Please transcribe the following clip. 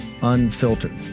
unfiltered